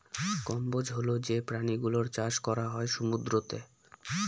কম্বোজ হল যে প্রাণী গুলোর চাষ করা হয় সমুদ্রতে